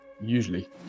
Usually